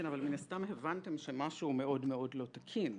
כן, אבל מן הסתם הבנתם שמשהו מאוד מאוד לא תקין,